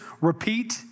repeat